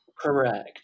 correct